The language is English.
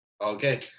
Okay